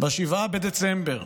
ב-7 בדצמבר